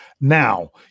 Now